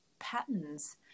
patterns